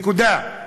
נקודה.